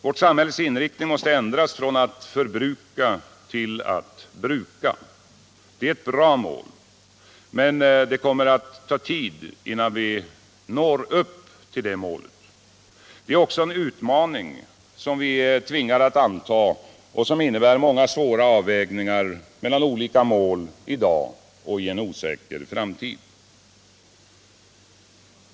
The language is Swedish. Vårt samhälles inriktning måste ändras från att förbruka till att bruka. Det är ett bra mål — men det kommer att ta tid innan vi når det. Det är också en utmaning, som vi är tvingade att anta och som innebär många svåra avvägningar mellan olika mål i dag och i en osäker framtid.